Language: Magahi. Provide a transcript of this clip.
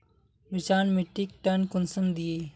मिर्चान मिट्टीक टन कुंसम दिए?